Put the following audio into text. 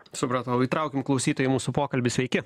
supratau įtraukim klausytoją į mūsų pokalbį sveiki